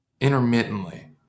intermittently